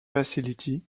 facility